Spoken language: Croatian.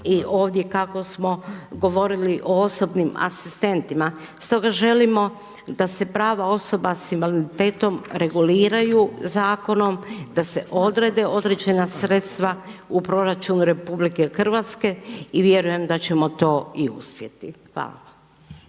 i ovdje kako smo govorili o osobnom asistentima. Stoga želimo da se prava osoba sa invaliditetom reguliraju zakonom, da se odrede određena sredstva u proračun RH i vjerujem da ćemo to i uspjeti. Hvala